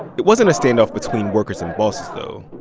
it wasn't a standoff between workers and bosses, though.